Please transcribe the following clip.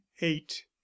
Eight